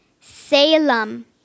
Salem